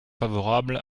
favorable